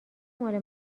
ماله